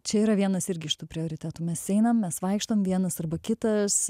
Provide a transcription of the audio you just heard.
čia yra vienas irgi iš tų prioritetų mes einam mes vaikštom vienas arba kitas